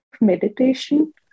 meditation